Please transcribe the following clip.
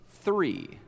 three